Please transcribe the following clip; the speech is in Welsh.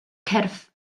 cyrff